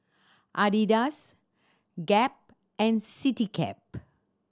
Adidas Gap and Citycab